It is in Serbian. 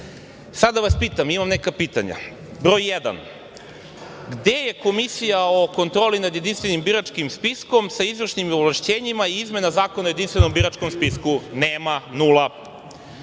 vas pitam, imam neka pitanja – broj jedan, gde je komisija o kontroli nad Jedinstvenim biračkim spiskom sa izvršnim ovlašćenjima i izmena Zakona o Jedinstvenom biračkom spisku? Nema. Nula.